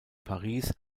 paris